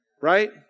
Right